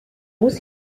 muss